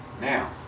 Now